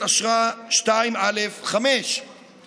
נצביע בחקיקה הזאת.